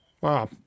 Wow